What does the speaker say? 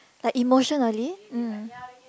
like emotionally mm